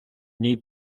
ній